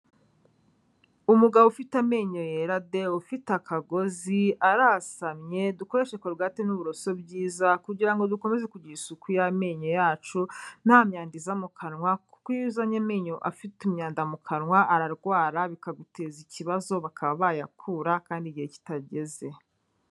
Umugabo ufite amenyo yera de, ufite akagozi arasamye, dukoreshe korogate n'uburoso byiza, kugira ngo dukomeze kugira isuku y'amenyo yacu, nta myanda iza mu kanwa, kuko iyo uzanye amenyo afite imyanda mu kanwa, ararwara bikaguteza ikibazo bakaba bayakura kandi igihe kitageze.